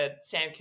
Sam